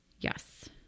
yes